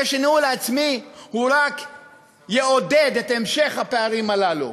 הרי שניהול עצמי רק יעודד את המשך הפערים הללו,